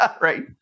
Right